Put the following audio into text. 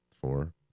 four